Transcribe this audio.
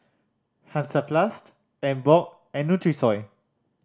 Hansaplast Emborg and Nutrisoy